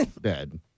dead